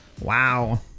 Wow